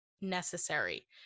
necessary